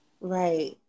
Right